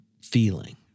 feeling